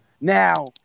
Now